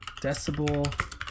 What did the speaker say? decibel